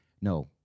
no